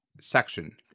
section